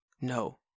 no